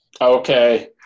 Okay